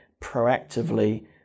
proactively